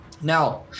Now